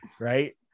right